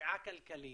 פשיעה כלכלית,